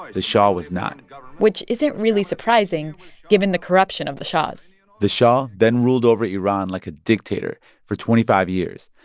ah the shah was not which isn't really surprising given the corruption of the shahs the shah then ruled over iran like a dictator for twenty five years.